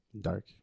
Dark